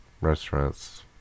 restaurants